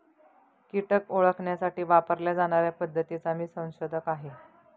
कीटक ओळखण्यासाठी वापरल्या जाणार्या पद्धतीचा मी संशोधक आहे